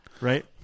right